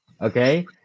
Okay